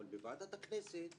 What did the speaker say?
אבל בוועדת הכנסת,